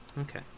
Okay